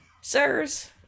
sirs